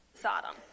Sodom